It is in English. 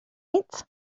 eighth